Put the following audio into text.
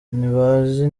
nibaza